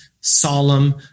solemn